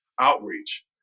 outreach